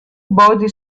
body